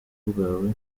bwawe